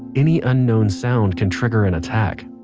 any unknown sound can trigger an attack